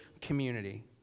community